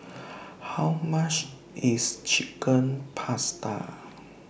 How much IS Chicken Pasta